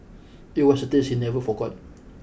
it was a taste he never forgot